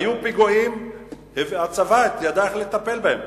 היו פיגועים והצבא ידע איך לטפל בהם,